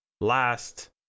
last